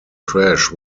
crash